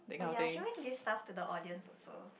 oh ya she always give stuff to the audience also